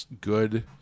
good